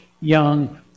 young